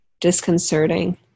Disconcerting